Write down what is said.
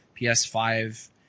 PS5